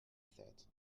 that